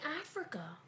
Africa